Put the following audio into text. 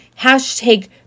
hashtag